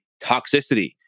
toxicity